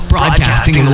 Broadcasting